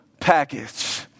package